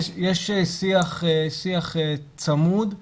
יש שיח צמוד.